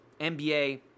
NBA